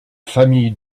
familles